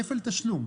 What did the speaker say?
כפל תשלום,